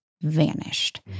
vanished